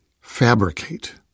fabricate—